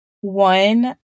one